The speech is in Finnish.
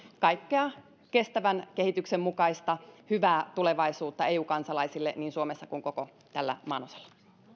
kaikkea kestävän kehityksen mukaista hyvää tulevaisuutta eu kansalaisille niin suomessa kuin koko tällä maanosalla